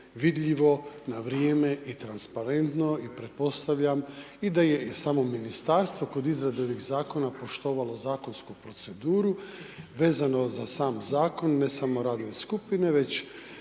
vidljivo, na vrijeme i transparentno i pretpostavljam i da je i samo ministarstvo kod izrade ovih zakona poštovalo zakonsku proceduru vezano za sam zakon, ne samo radne skupine već